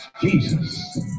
Jesus